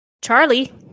Charlie